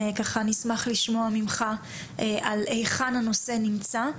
נשמח לשמוע ממך היכן הנושא נמצא.